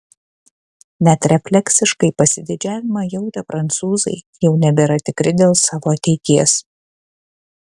net refleksiškai pasididžiavimą jautę prancūzai jau nebėra tikri dėl savo ateities